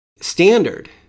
standard